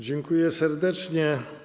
Dziękuję serdecznie.